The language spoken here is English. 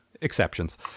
exceptions